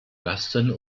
lasten